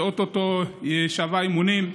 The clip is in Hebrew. שאו-טו-טו יישבע אמונים,